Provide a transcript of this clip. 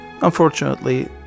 unfortunately